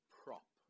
prop